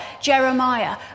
Jeremiah